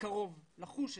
מקרוב ולחוש אותו.